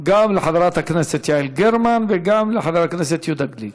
גם לחברת הכנסת יעל גרמן וגם לחבר הכנסת יהודה גליק.